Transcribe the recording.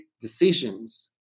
decisions